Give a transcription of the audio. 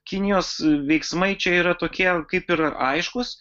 kinijos veiksmai čia yra tokie kaip ir aiškūs